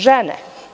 Žene.